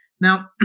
Now